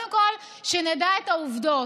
קודם כול שנדע את העובדות.